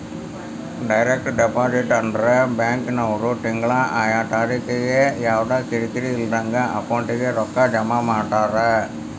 direct deposit ಅಂದ್ರ ಬ್ಯಾಂಕಿನ್ವ್ರು ತಿಂಗ್ಳಾ ಆಯಾ ತಾರಿಕಿಗೆ ಯವ್ದಾ ಕಿರಿಕಿರಿ ಇಲ್ದಂಗ ಅಕೌಂಟಿಗೆ ರೊಕ್ಕಾ ಜಮಾ ಮಾಡ್ತಾರ